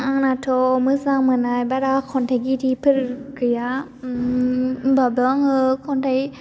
आंनाथ' मोजां मोननाय बारा खन्थायगिरिफोर गैया होनबाबो आङो खन्थाइ